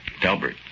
Delbert